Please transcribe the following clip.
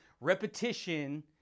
repetition